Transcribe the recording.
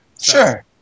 Sure